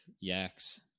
yaks